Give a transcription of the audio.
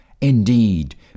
Indeed